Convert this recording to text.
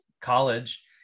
college